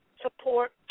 support